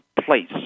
place